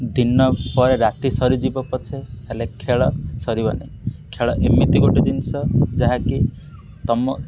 ଦିନ ପରେ ରାତି ସରିଯିବ ପଛେ ହେଲେ ଖେଳ ସରିବ ନାହିଁ ଖେଳ ଏମିତି ଗୋଟିଏ ଜିନିଷ ଯାହାକି ତୁମ